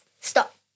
stop